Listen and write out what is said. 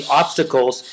obstacles